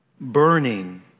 burning